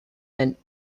meant